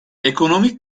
ekonomik